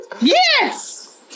Yes